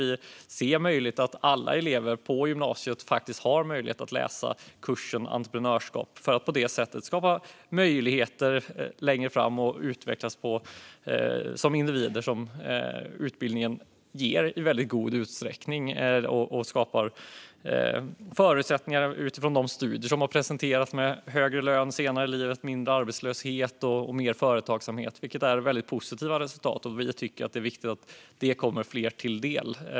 Vi vill att alla elever på gymnasiet ska ha möjlighet att läsa kursen entreprenörskap för att på det sättet skapa möjligheter längre fram och utvecklas som individer. Detta ges i väldigt stor utsträckning av denna utbildning. Den skapar enligt de studier som presenterats förutsättningar för högre lön senare i livet, mindre arbetslöshet och mer företagsamhet, vilket är väldigt positiva resultat. Vi tycker att det är viktigt att det här kommer fler till del.